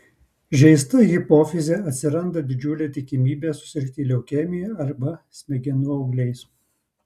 žeista hipofize atsiranda didžiulė tikimybė susirgti leukemija arba smegenų augliais